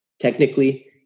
technically